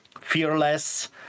fearless